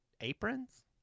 Aprons